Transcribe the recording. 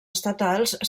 estatals